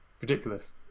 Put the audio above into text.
Ridiculous